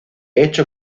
hecho